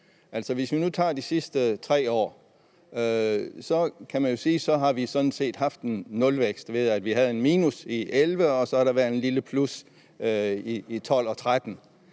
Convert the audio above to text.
hvis vi nu tager de sidste 3 år, kan man jo sige, at vi sådan set har haft en nulvækst, ved at vi havde et minus i 2011 og der så har været et lille plus i 2012 og 2013.